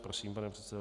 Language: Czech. Prosím, pane předsedo.